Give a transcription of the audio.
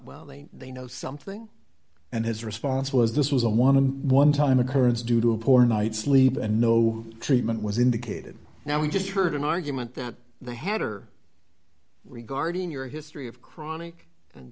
well they know something and his response was this was a woman one time occurrence due to a poor night's sleep and no treatment was indicated now we just heard an argument that the header regarding your history of chronic